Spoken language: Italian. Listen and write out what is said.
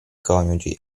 coniugi